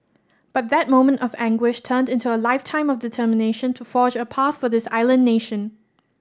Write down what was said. but that moment of anguish turned into a lifetime of determination to forge a path for this island nation